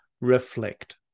reflect